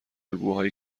الگوهای